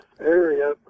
area